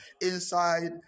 inside